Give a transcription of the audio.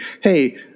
hey